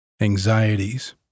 anxieties